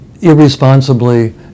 irresponsibly